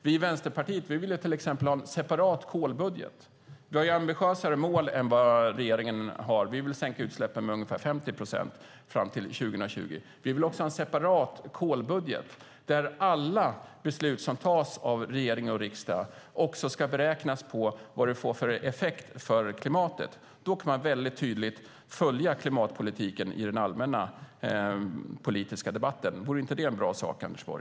Vi i Vänsterpartiet har ambitiösare mål än regeringen har. Vi vill sänka utsläppen med ungefär 50 procent fram till 2020. Vi vill också ha en separat kolbudget där det ska beräknas vad alla beslut som tas av regering och riksdag får för effekt på klimatet. Då kan man väldigt tydligt följa klimatpolitiken i den allmänna politiska debatten. Vore inte det en bra sak, Anders Borg?